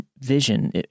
vision